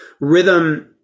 rhythm